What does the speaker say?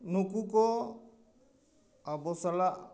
ᱱᱩᱠᱩ ᱠᱚ ᱟᱵᱚ ᱥᱟᱞᱟᱜ